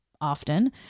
often